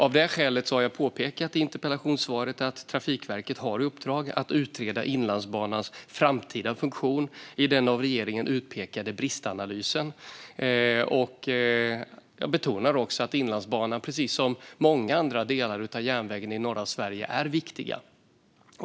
Av det skälet har jag påpekat i interpellationssvaret att Trafikverket har i uppdrag att utreda Inlandsbanans framtida funktion i den av regeringen utpekade bristanalysen. Jag betonar också att Inlandsbanan, precis som många andra delar av järnvägen i norra Sverige, är viktig.